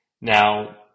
Now